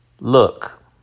Look